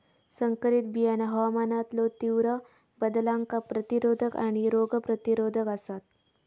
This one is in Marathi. संकरित बियाणा हवामानातलो तीव्र बदलांका प्रतिरोधक आणि रोग प्रतिरोधक आसात